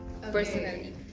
personally